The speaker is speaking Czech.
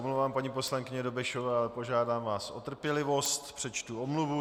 Omlouvám se paní poslankyni Dobešové, ale požádám vás o trpělivost, přečtu omluvu.